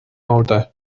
order